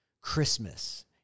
Christmas